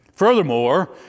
Furthermore